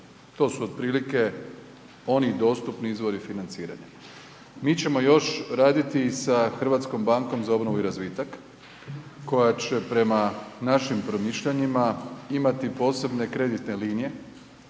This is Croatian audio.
To su otprilike oni dostupni izvori financiranja. Mi ćemo još raditi sa Hrvatskom bankom za obnovu i razvitak koja će prema našim promišljanjima imati posebne kreditne linije,